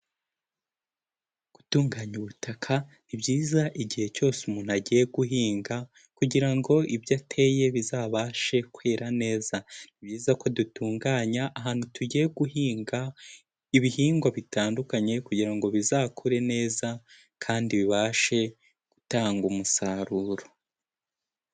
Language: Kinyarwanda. Gutunganya ubutaka ni byiza igihe cyose umuntu agiye guhinga kugira ngo ibyo ateye bizabashe kwera neza. Ni byiza ko dutunganya ahantu tugiye guhinga ibihingwa bitandukanye kugira ngo bizakure neza kandi bibashe gutanga umusaruro.